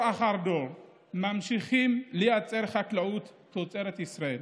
אחרי דור ממשיכים לייצר חקלאות תוצרת ישראל.